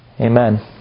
Amen